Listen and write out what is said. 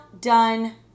done